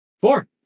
Four